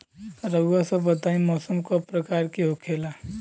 रउआ सभ बताई मौसम क प्रकार के होखेला?